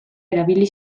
erabili